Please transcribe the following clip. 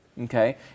okay